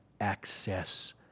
access